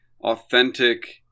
authentic